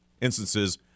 instances